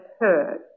heard